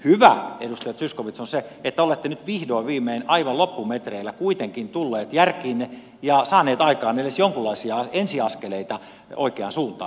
hyvää edustaja zyskowicz on se että olette nyt vihdoin viimein aivan loppumetreillä kuitenkin tulleet järkiinne ja saaneet aikaan edes jonkunlaisia ensiaskeleita oikeaan suuntaan